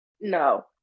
No